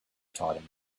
taught